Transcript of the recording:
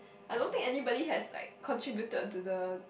I don't think anybody has like contributed to the